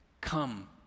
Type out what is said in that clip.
come